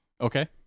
Okay